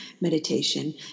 meditation